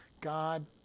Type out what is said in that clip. God